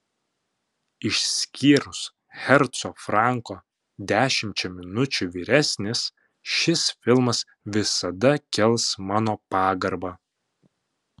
išskyrus herco franko dešimčia minučių vyresnis šis filmas visada kels mano pagarbą